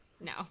no